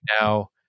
now